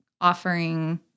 offering